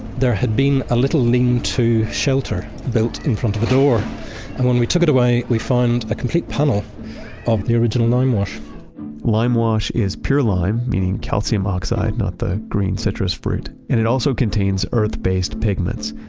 there had been a little lean-to shelter, built in front of the door. and when we took it away, we found a complete panel of the original lime wash lime wash is pure lime, meaning calcium oxide, not the green citrus fruit. and it also contains earth-based pigments.